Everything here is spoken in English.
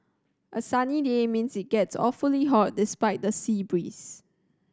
a sunny day means it gets awfully hot despite the sea breeze